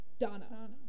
Donna